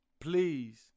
Please